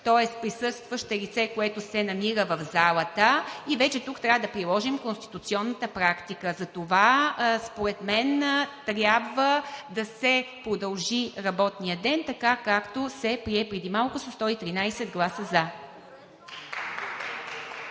тоест „присъстващ“ е лице, което се намира в залата и вече тук трябва да приложим конституционната практика. Затова според мен трябва да се удължи работният ден, така както се прие преди малко, със 113 гласа „за“.